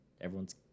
Everyone's